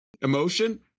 Emotion